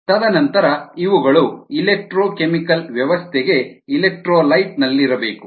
ತದನಂತರ ಇವುಗಳು ಎಲೆಕ್ಟ್ರೋಕೆಮಿಕಲ್ ವ್ಯವಸ್ಥೆಗೆ ಎಲೆಕ್ಟ್ರೋಲೈಟ್ ನಲ್ಲಿರಬೇಕು